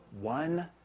One